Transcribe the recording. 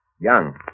Young